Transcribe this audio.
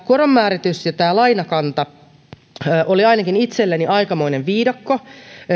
koronmääritys ja lainakanta olivat ainakin itselleni aikamoinen viidakko